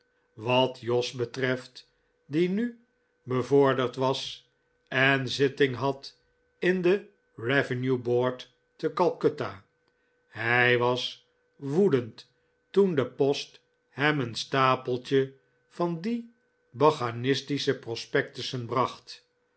wat jos betreft die nu bevorderd was en zitting had in de revenue board te calcutta hij was woedend toen de post hem een stapeltje van die bacchantische prospectussen bracht